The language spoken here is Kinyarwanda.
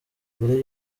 mbere